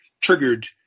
triggered